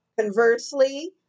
Conversely